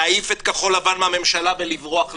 להעיף את כחול לבן מהממשלה ולברוח לבחירות.